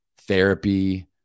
therapy